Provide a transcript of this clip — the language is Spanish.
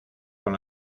con